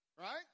right